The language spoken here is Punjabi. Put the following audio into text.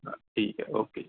ਹਾਂ ਠੀਕ ਹੈ ਓਕੇ ਜੀ